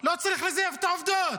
לא צריך לזייף את העובדות.